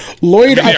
lloyd